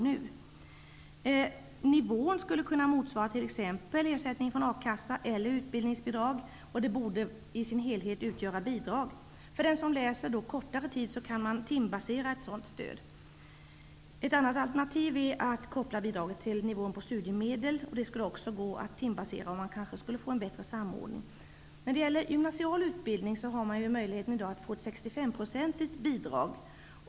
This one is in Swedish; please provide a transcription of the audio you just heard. Nivån skulle t.ex. kunna motsvara ersättning från a-kassa eller utbildningsbidrag. Stödet borde i sin helhet utgöras av bidrag. För den som läser kortare tid kan ett sådant stöd timbaseras. Ett annat alternativ är att koppla bidraget till studiemedelsnivån. Det skulle också vara möjligt att timbasera här. Kanske skulle man då få en bättre samordning. När det gäller gymnasial utbildning har man i dag möjlighet att få 65 % bidrag.